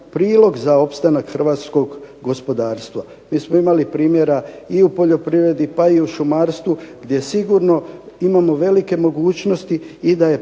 za opstanak hrvatskog gospodarstva. Mi smo imali primjera i u poljoprivredi pa i u šumarstvu gdje sigurno imamo velike mogućnosti i da je